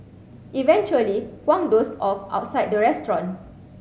eventually Huang dozed off outside the restaurant